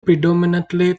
predominantly